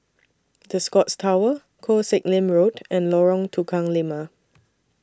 The Scotts Tower Koh Sek Lim Road and Lorong Tukang Lima